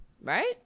right